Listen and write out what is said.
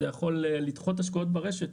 זה יכול לדחות השקעות ברשת.